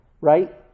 right